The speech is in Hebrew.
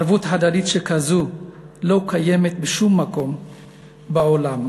ערבות הדדית שכזאת לא קיימת בשום מקום בעולם,